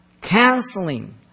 canceling